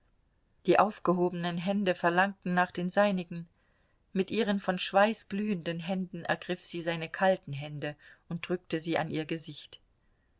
die aufgehobenen hände verlangten nach den seinigen mit ihren von schweiß glühenden händen ergriff sie seine kalten hände und drückte sie an ihr gesicht